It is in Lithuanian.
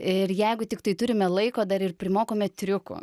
ir jeigu tiktai turime laiko dar ir primokome triukų